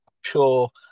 sure